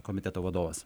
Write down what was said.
komiteto vadovas